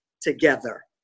together